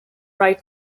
right